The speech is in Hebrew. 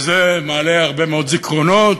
וזה מעלה הרבה מאוד זיכרונות,